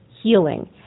healing